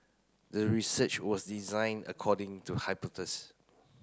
the research was designed according to